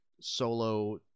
solo